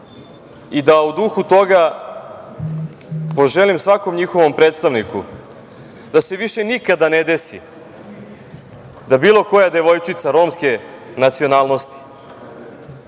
i da u duhu toga poželim svakom njihovom predstavniku da se više nikada ne desi da bilo koja devojčica romske nacionalnosti